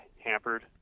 hampered